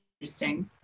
interesting